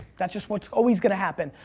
that's just what's always gonna happen,